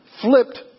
flipped